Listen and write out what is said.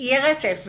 יהיה רצף ו'שיטה'